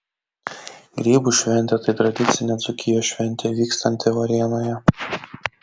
grybų šventė tai tradicinė dzūkijos šventė vykstanti varėnoje